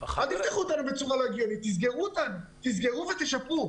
תסגרו ותשפו.